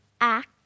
Act